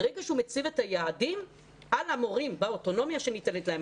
ברגע שהוא מציב את היעדים על המורים והאוטונומיה שניתנת להם,